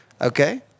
Okay